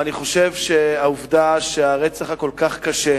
אבל אני חושב שהפענוח של הרצח הכל-כך קשה